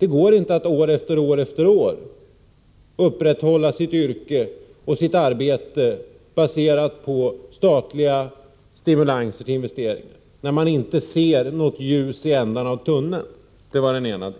inte går att år efter år upprätthålla sitt yrke och sitt arbete baserat på statliga stimulanser och investeringar när de inte ser något ljus i änden av tunneln.